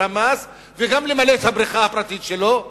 המים וגם למלא את הבריכה הפרטית שלו.